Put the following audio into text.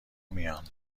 میان